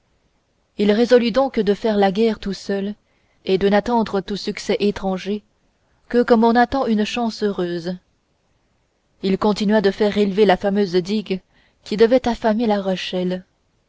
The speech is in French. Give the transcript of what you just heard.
il résolut donc de faire la guerre tout seul et de n'attendre tout succès étranger que comme on attend une chance heureuse il continua de faire élever la fameuse digue qui devait affamer la